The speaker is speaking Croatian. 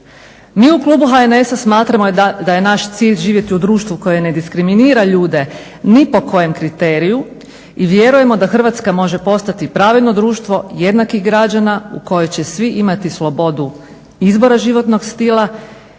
Mi u klubu HNS-a smatramo da je naš cilj živjeti u društvu koje ne diskriminira ljude ni po kojem kriteriju i vjerujemo da Hrvatska može postati pravedno društvo jednakih građana u kojoj će svi imati slobodu izbora životnog stila